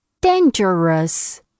dangerous